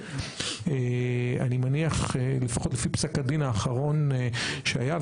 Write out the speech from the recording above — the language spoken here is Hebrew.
אני מניח לפחות לפי פסק הדין האחרון שהיה,